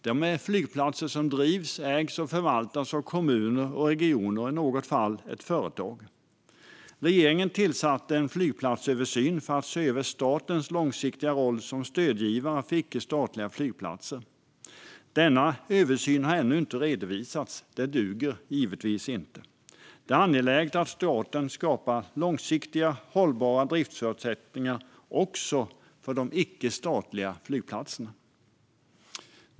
De drivs, ägs och förvaltas av kommuner och regioner och i något fall ett företag. Regeringen tillsatte en flygplatsöversyn för att se över statens långsiktiga roll som stödgivare för icke statliga flygplatser. Denna översyn har ännu inte redovisats. Det duger givetvis inte. Det är angeläget att staten skapar långsiktigt hållbara driftsförutsättningar också för de icke statliga flygplatserna.